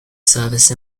service